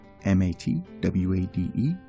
M-A-T-W-A-D-E